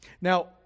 Now